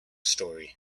story